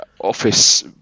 office